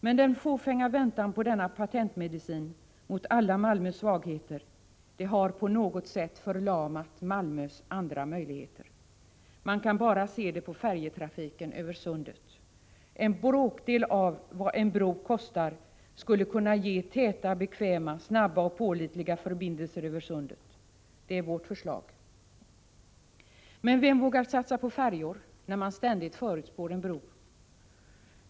Men den fåfänga väntan på denna patentmedicin mot alla Malmös svagheter har på något sätt förlamat Malmös andra möjligheter. Man kan se det bara genom att titta på färjetrafiken över Sundet. En bråkdel av vad en bro kostar skulle kunna ge täta, bekväma, snabba och pålitliga förbindelser över Sundet. Det är vårt förslag. Men vem vågar satsa på färjor när man ständigt förutspår en bro?